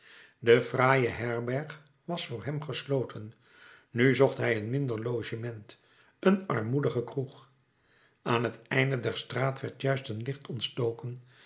de fraaie herberg was voor hem gesloten nu zocht hij een minder logement een armoedige kroeg aan het einde der straat werd juist een licht ontstoken